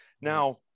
Now